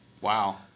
Wow